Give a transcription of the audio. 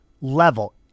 level